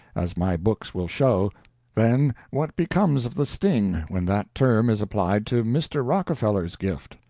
as my books will show then what becomes of the sting when that term is applied to mr. rockefeller's gift?